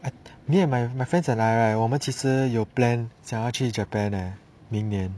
me and my my friends and I right 我们其实有 plan 想要去 japan leh 明年